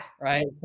right